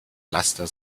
laster